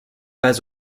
pas